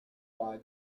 why